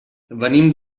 venim